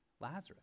Lazarus